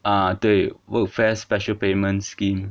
啊对 workfare special payment scheme